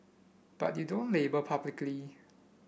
but you don't label publicly